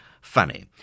funny